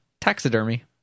Taxidermy